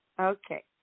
Okay